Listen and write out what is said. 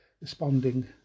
responding